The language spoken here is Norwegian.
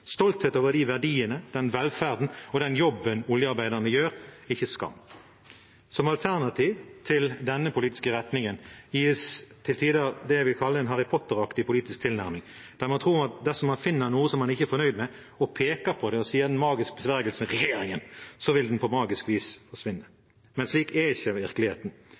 stolthet over de verdiene, den velferden og den jobben oljearbeiderne gjør, ikke skam. Som alternativ til denne politiske retningen gis til tider det jeg vil kalle en Harry Potter-aktig politisk tilnærming: Man tror at dersom man finner noe man ikke er fornøyd med, peker på det og sier den magiske besvergelsen «regjeringen!», vil det på magisk vis forsvinne. Men slik er ikke virkeligheten.